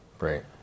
Right